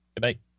Goodbye